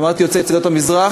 אמרתי "יוצאי עדות המזרח".